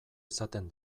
izaten